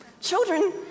Children